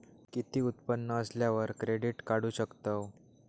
किती उत्पन्न असल्यावर क्रेडीट काढू शकतव?